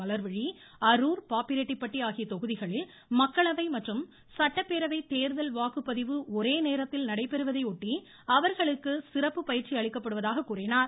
மலா்விழி அரூர் பாப்பிரெட்டிபட்டி ஆகிய தொகுதிகளில் மக்களவை மற்றும் சட்டப்பேரவை தொகுதி இடைத் தேர்தல் வாக்குப்பதிவு ஒரே நேரத்தில் நடைபெறுவதையொட்டி இவர்களுக்கு சிறப்பு பயிற்சி அளிக்கப்படுவதாக கூறினார்